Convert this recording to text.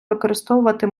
використовувати